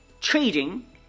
trading